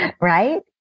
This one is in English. right